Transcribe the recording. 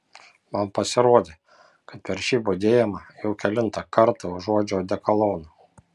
man pasirodė kad per šį budėjimą jau kelintą kartą užuodžiu odekoloną